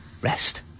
Rest